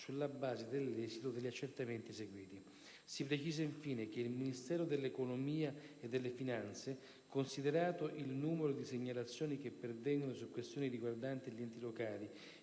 sulla base dell'esito degli accertamenti eseguiti. Si precisa, infine, che il Ministero dell'economia e delle finanze, considerato il numero di segnalazioni che pervengono su questioni riguardanti gli enti locali,